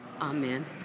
Amen